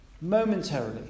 Momentarily